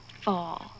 fall